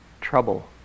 Trouble